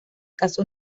casó